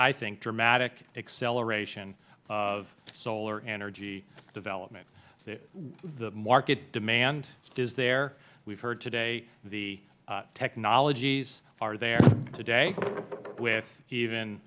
i think dramatic acceleration of solar energy development that the market demand is there we have heard today the technologies are there today with even